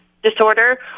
disorder